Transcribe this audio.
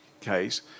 case